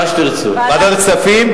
ועדת כספים?